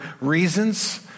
reasons